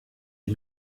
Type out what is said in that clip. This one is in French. est